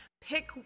pick